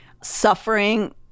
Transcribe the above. suffering